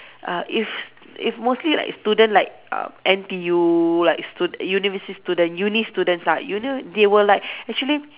uh if if mostly like student like uh N_T_U like stud~ university student uni student lah uni they will like actually